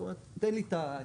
זאת אומרת תן לי את הברזל.